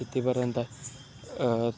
तिथेपर्यंत